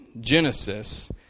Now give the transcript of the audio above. Genesis